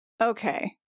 okay